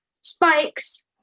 spikes